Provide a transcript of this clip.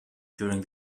during